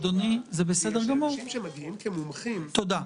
משום שאנשים שמגיעים כמומחים --- תודה.